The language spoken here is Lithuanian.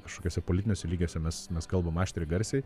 kažkokiuose politiniuose lygiuose mes mes kalbam aštriai garsiai